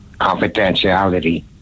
confidentiality